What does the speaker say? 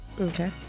Okay